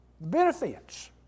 Benefits